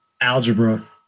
algebra